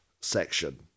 section